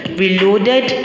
reloaded